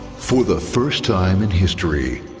for the first time in history,